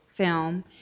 film